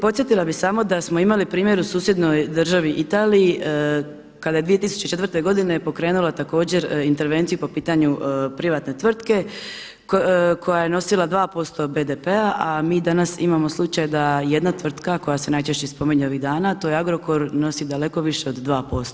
Podsjetila bih samo da smo imali primjer u susjednoj državi Italiji kada je 2004. godine pokrenula također intervenciju po pitanju privatne tvrtke koja je nosila 2% BDP-a, a mi danas imamo slučaj da jedna tvrtka koja se najčešće spominje ovih dana, to je Agrokor nosi daleko više od 2%